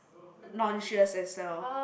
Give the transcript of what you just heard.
nonsious as well